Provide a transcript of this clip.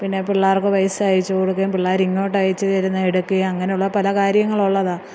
പിന്നെ പിള്ളാർക്ക് പൈസ അയച്ചു കൊടുക്കേം പിള്ളാരിങ്ങോട്ട് അയച്ച് തെരുന്ന എടുക്ക്കേം അങ്ങനുള്ള പല കാര്യങ്ങളൊള്ളതാ